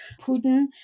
Putin